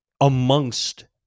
amongst